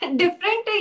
different